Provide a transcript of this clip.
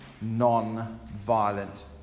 non-violent